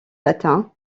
latin